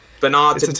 Bernard